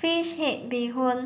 fish head bee hoon